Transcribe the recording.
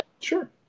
Sure